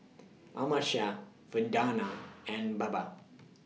Amartya Vandana and Baba